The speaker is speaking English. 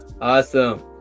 awesome